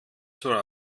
zur